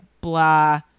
blah